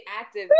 active